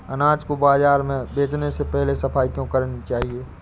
अनाज को बाजार में बेचने से पहले सफाई क्यो करानी चाहिए?